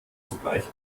sogleich